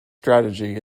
strategy